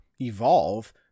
evolve